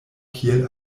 kiel